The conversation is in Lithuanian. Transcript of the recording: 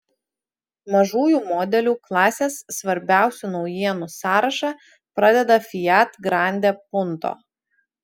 mažųjų modelių klasės svarbiausių naujienų sąrašą pradeda fiat grande punto